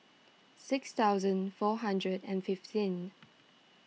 six thousand four hundred and fifteen